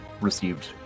received